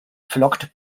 flockt